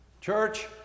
Church